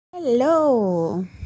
Hello